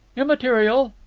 immaterial.